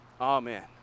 Amen